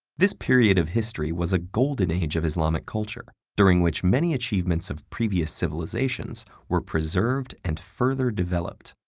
this period of history was a golden age of islamic culture, during which many achievements of previous civilizations were preserved and further developed,